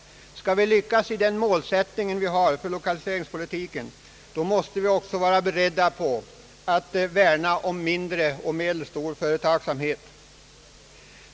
Skall vi lyckas i den målsättning som gäller för lokaliseringspolitiken måste vi också vara beredda att värna om mindre och medelstor företagsamhet.